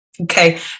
Okay